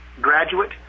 graduate